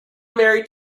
married